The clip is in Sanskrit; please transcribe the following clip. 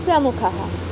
प्रमुखः